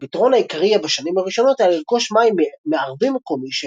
אבל הפתרון העיקרי בשנים הראשונות היה לרכוש מים מערבי מקומי